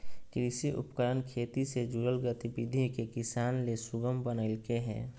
कृषि उपकरण खेती से जुड़ल गतिविधि के किसान ले सुगम बनइलके हें